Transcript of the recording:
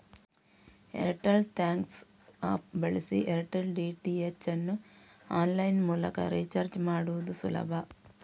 Airtel thanks app ಬಳಸಿ Airtel DTH ಅನ್ನು online ಮೂಲಕ ರೀಚಾರ್ಜ್ ಮಾಡುದು ಸುಲಭ